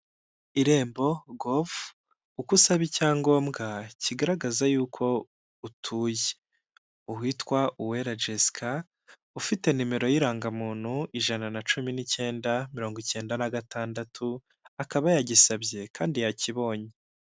Irembo govu uko usaba icyangombwa kigaragaza yuko utuye, uwitwa Uwera Jesica ufite nimero y'irangamuntu ijana na cumi n'icyenda mirongo icyenda na gatandatu, akaba yagisabye kandi yakibonye.